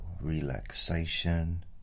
relaxation